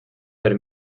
per